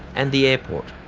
and the airport.